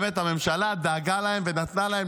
הממשלה באמת דאגה להם ונתנה להם.